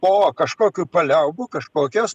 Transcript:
po kažkokių paliaubų kažkokios